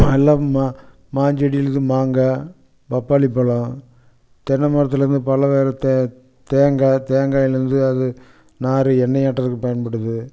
எல்லா மா மாஞ்செடியிலிருந்து மாங்காய் பப்பாளி பழம் தென்னை மரத்துலேருந்து தேங்காய் தேங்காயிலேருந்து அது நார் எண்ணெயாட்டுகிறதுக்கு பயன்படுது